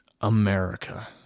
America